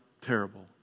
terrible